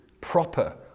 proper